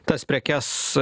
tas prekes